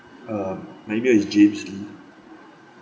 um my email is james lee